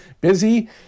busy